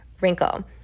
wrinkle